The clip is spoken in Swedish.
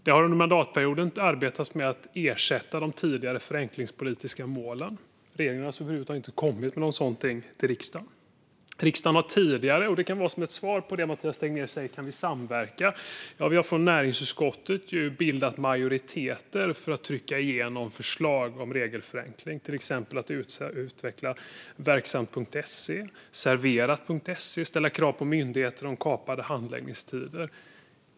Det har under mandatperioden arbetats med att ersätta de tidigare förenklingspolitiska målen. Men regeringen har över huvud taget inte kommit med något sådant till riksdagen. Mathias Tegnér pratar om att samverka. Ja, vi har från näringsutskottet bildat majoriteter för att trycka igenom förslag om regelförenkling. Det handlar till exempel om att utveckla Verksamt.se och Serverat och om att ställa krav på myndigheter om kapade handläggningstider.